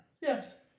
Yes